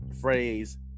phrase